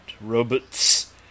Robots